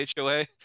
HOA